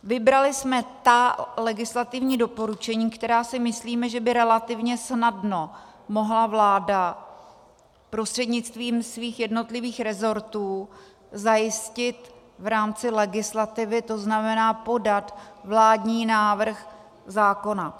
Vybrali jsme ta legislativní doporučení, která si myslíme, že by relativně snadno mohla vláda prostřednictvím svých jednotlivých resortů zajistit v rámci legislativy, to znamená podat vládní návrh zákona.